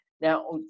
Now